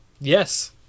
Yes